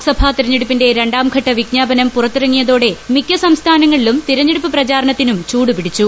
ലോക്സഭ തെരഞ്ഞെടുപ്പിന്റെ രണ്ടാംഘട്ട വിജ്ഞാപനവും പുറത്തിറങ്ങിയതോടെ മിക്ക സംസ്ഥാനങ്ങളിലും തിരഞ്ഞെടുപ്പ് പ്രചാരണത്തിന് ചൂടുപിടിച്ചു